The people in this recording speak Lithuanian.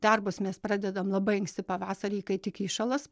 darbus mes pradedam labai anksti pavasarį kai tik įšalas